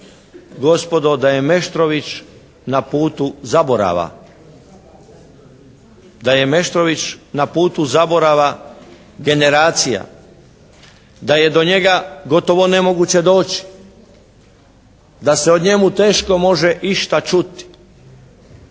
zaborava. Da je Meštrović na putu zaborava generacija. Da je do njega gotovo nemoguće doći. Da se o njemu teško može išta čuti.